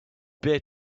beer